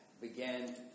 began